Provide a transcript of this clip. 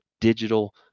digital